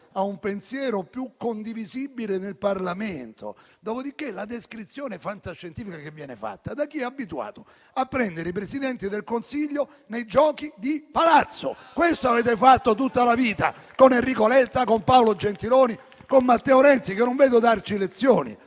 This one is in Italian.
a un pensiero più condivisibile nel Parlamento. Dopodiché la citata descrizione fantascientifica viene fatta da chi è abituato a prendere i Presidenti del Consiglio nei giochi di Palazzo: questo avete fatto per tutta la vita con Enrico Letta, con Paolo Gentiloni, con Matteo Renzi, che non vedo darci lezioni.